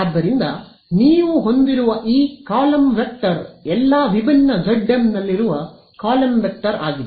ಆದ್ದರಿಂದ ನೀವು ಹೊಂದಿರುವ ಈ ಕಾಲಮ್ ವೆಕ್ಟರ್ ಎಲ್ಲಾ ವಿಭಿನ್ನ zm ನಲ್ಲಿರುವ ಕಾಲಮ್ ವೆಕ್ಟರ್ ಆಗಿದೆ